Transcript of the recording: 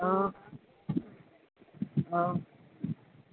હ હ